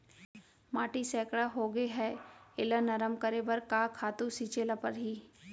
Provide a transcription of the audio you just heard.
माटी सैकड़ा होगे है एला नरम करे बर का खातू छिंचे ल परहि?